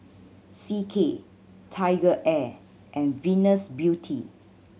C K TigerAir and Venus Beauty